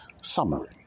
Summary